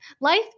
life